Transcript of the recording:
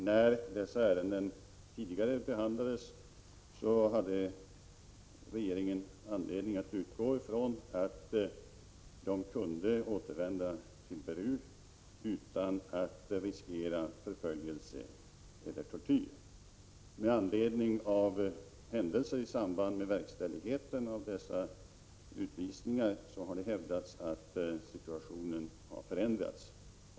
När dessa ärenden tidigare behandlades hade regeringen anledning att utgå från att personerna i fråga kunde återvända till Peru utan att riskera förföljelse eller tortyr. Med anledning av händelser i samband med verkställigheten av dessa utvisningar har det dock hävdats att situationen har förändrats.